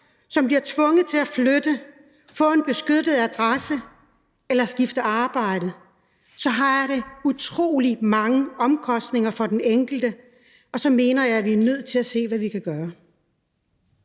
bliver tvunget til at flytte, få en beskyttet adresse eller skifte arbejde, mener jeg, at det har utrolig mange omkostninger for den enkelte, og at vi er nødt til at se, hvad vi kan gøre.